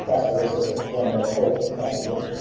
classify this as a glimmer of hope, possibly.